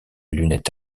lunette